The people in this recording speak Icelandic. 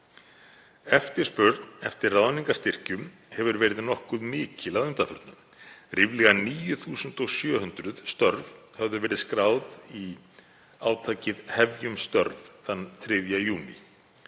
„Eftirspurn eftir ráðningarstyrkjum hefur verið nokkuð mikil að undanförnu. Ríflega 9.700 störf höfðu verið skráð í átakið Hefjum störf þann 3. júní,